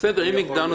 הם יעלו